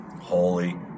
holy